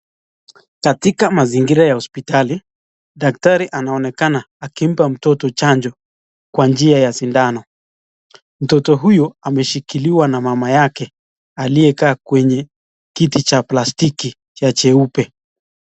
Katika mazingira ya hospitali, daktari anaonekana akimpa mtoto chanjo kwa njia ya sindano. Mtoto huyu ameshikiliwa na mama yake aliyekaa kwenye kiti cha plastiki cha cheupe.